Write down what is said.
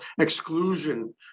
exclusion